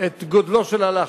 את גודלו של הלחץ.